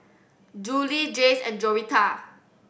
Juli Jayce and Joretta